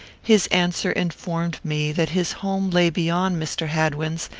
his answer informed me that his home lay beyond mr. hadwin's,